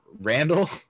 Randall